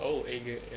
oh A grade ya